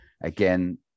again